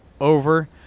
Over